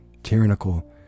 tyrannical